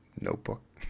notebook